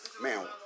man